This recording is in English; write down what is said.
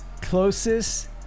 closest